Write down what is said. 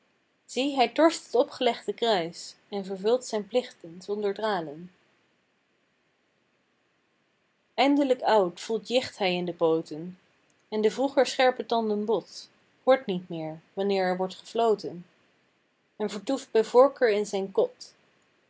zie hij torscht het opgelegde kruis en vervult zijn plichten zonder dralen eindelijk oud voelt jicht hij in de pooten en de vroeger scherpe tanden bot hoort niet meer wanneer er wordt gefloten en vertoeft bij voorkeur in zijn kot